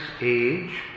age